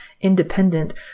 independent